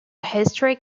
historic